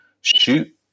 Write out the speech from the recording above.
shoot